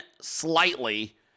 slightly